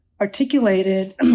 articulated